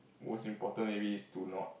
most important maybe is to not